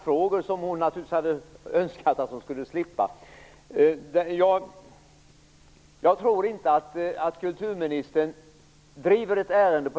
Tack!